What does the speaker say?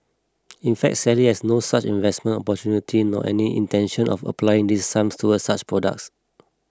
in fact Sally has no such investment opportunity nor any intention of applying these sums towards such products